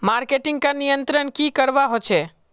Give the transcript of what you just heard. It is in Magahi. मार्केटिंग का नियंत्रण की करवा होचे?